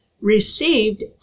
received